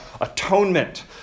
atonement